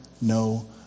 no